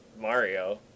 Mario